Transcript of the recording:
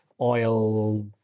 oil